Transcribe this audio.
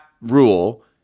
rule